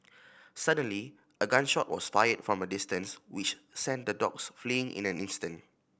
suddenly a gun shot was fired from a distance which sent the dogs fleeing in an instant